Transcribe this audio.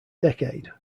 decade